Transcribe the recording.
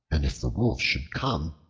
and if the wolf should come,